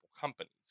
companies